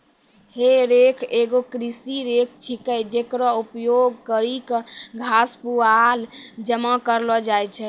हे रेक एगो कृषि रेक छिकै, जेकरो उपयोग करि क घास, पुआल जमा करलो जाय छै